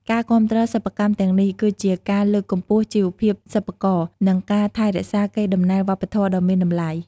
ការគាំទ្រសិប្បកម្មទាំងនេះ គឺជាការលើកកម្ពស់ជីវភាពសិប្បករ និងការថែរក្សាកេរដំណែលវប្បធម៌ដ៏មានតម្លៃ។